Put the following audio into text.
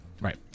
Right